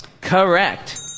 Correct